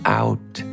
out